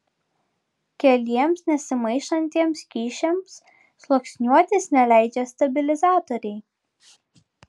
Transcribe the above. keliems nesimaišantiems skysčiams sluoksniuotis neleidžia stabilizatoriai